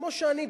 כמו שאני,